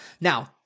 Now